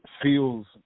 feels